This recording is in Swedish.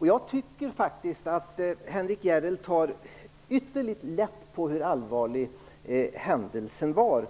Jag tycker att Henrik Järrel tar ytterligt lätt på hur allvarlig händelsen var.